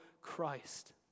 Christ